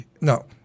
no